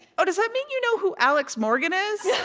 oh, does that mean you know who alex morgan is?